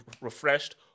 refreshed